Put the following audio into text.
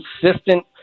consistent